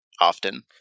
often